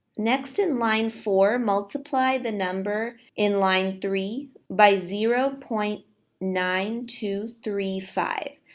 next in line four multiply the number in line three by zero point nine two three five.